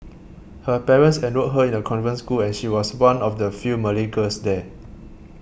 her parents enrolled her in a convent school and she was one of the few Malay girls there